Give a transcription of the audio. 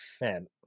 Man